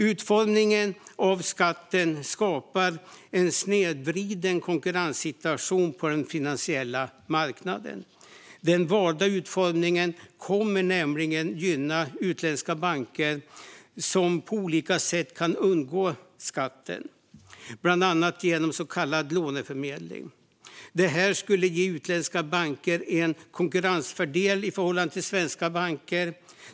Utformningen av skatten skapar en snedvriden konkurrenssituation på den finansiella marknaden. Den valda utformningen kommer nämligen att gynna utländska banker som på olika sätt kan undgå skatten, bland annat genom så kallad låneförmedling. Detta skulle ge utländska banker en konkurrensfördel i förhållande till svenska banker.